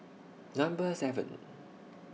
Number seven